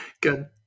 good